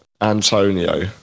Antonio